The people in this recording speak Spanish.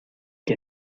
que